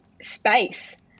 space